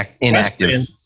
inactive